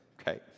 okay